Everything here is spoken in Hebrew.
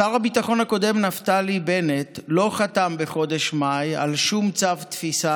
שר הביטחון הקודם נפתלי בנט לא חתם בחודש מאי על שום צו תפיסה,